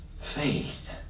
faith